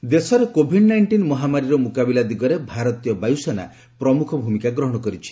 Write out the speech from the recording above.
ଆଇଏଫ୍ COVID ଦେଶରେ COVID nineteen ମହାମାରୀର ମୁକାବିଲା ଦିଗରେ ଭାରତୀୟ ବାୟୁସେନା ପ୍ରମୁଖ ଭୂମିକା ଗ୍ରହଣ କରିଛି